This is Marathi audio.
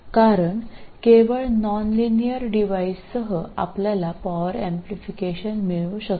कारण केवळ नॉन लिनियर डिव्हाइससह आपल्याला पॉवर एम्प्लिफिकेशन मिळू शकते